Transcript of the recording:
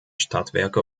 stadtwerke